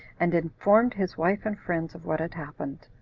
and informed his wife and friends of what had happened,